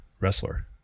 wrestler